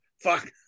fuck